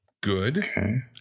Good